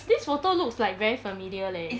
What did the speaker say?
this photo looks like very familiar leh